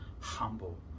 humble